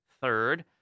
third